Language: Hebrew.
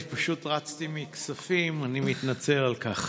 אני פשוט רצתי מכספים, אני מתנצל על כך